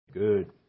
Good